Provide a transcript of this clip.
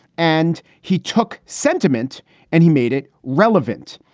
and he took sentiment and he made it relevant.